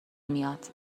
میاد